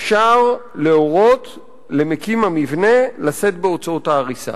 אפשר להורות למקים המבנה לשאת בהוצאות ההריסה.